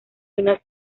unas